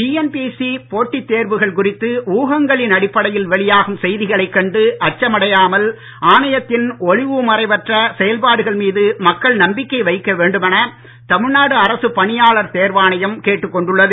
TNPSC போட்டித் தேர்வுகள் குறித்து ஊகங்களின் அடிப்படையில் வெளியாகும் செய்திகளைக் கண்டு அச்சமடையாமல் ஆணையத்தின் ஒளிவு மறைவற்ற செயல்பாடுகள் மீது மக்கள் நம்பிக்கை வைக்க வேண்டுமென தமிழ்நாடு அரசுப் பணியாளர் தேர்வாணையம் கேட்டுக் கொண்டுள்ளது